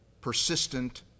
persistent